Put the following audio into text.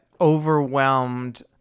overwhelmed